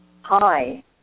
Hi